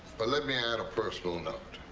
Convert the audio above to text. but let me add a personal note.